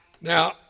Now